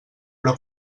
però